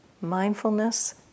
mindfulness